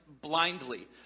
blindly